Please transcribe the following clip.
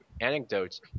anecdotes